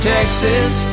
Texas